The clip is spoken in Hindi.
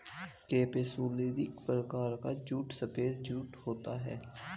केपसुलरिस प्रकार का जूट सफेद जूट होता है